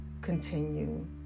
continue